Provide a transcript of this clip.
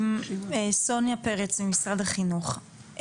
סוניה פרץ ממשרד החינוך,